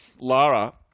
Lara